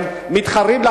הם מתחרים.